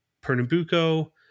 Pernambuco